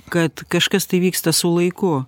kad kažkas tai vyksta su laiku